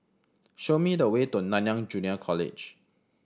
show me the way to Nanyang Junior College